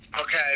Okay